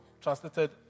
translated